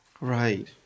right